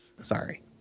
Sorry